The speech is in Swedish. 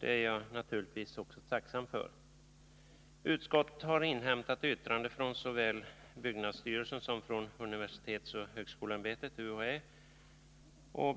Det är jag naturligtvis tacksam för. Utskottet har inhämtat yttrande från såväl byggnadsstyrelsen som universitetsoch högskoleämbetet .